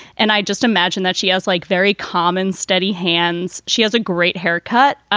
and i just imagine that she has like very common steady hands. she has a great haircut,